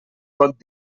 pot